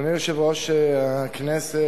אדוני יושב-ראש הכנסת,